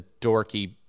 dorky